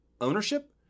ownership